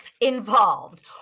involved